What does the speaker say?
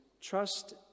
Trust